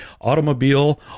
Automobile